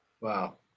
Wow